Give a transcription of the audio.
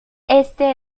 este